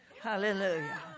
Hallelujah